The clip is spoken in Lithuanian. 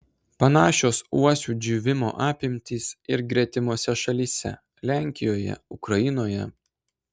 panašios uosių džiūvimo apimtys ir gretimose šalyse lenkijoje ukrainoje